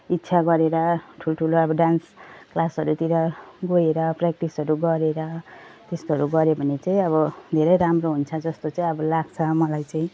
इच्छा गरेर ठुल्ठुलो अब डान्स क्लासहरूतिर गएर प्य्राक्टिसहरू गरेर त्यस्तोहरू गर्यो भने चाहिँ अब धेरै राम्रो हुन्छ जस्तो चाहिँ अब लाग्छ मलाई चाहिँ